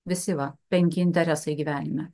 visi va penki interesai gyvenime